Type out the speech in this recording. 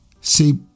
See